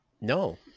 No